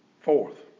Fourth